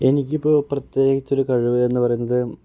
എനിക്ക് ഇപ്പോൾ പ്രത്യേകിച്ച് ഒരു കഴിവ് എന്ന് പറയുന്നത്